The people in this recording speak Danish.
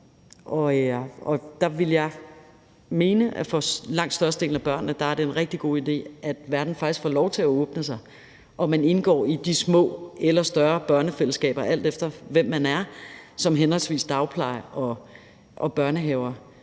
Der vil jeg mene, at for langt størstedelen af børnene er det en rigtig god idé, at verden faktisk får lov til at åbne sig og man indgår i de små eller større børnefællesskaber, alt efter hvem man er, som henholdsvis dagpleje og børnehaver